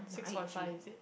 six forty five is it